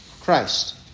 Christ